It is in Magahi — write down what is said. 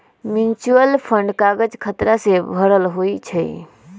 म्यूच्यूअल फंड काज़ खतरा से भरल होइ छइ